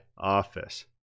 office